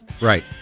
Right